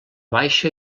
baixa